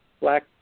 black